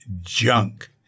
junk